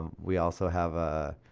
um we also have. ah